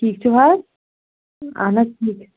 ٹھیٖک چھُو حظ اہن حظ ٹھیٖک